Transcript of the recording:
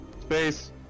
Space